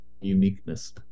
uniqueness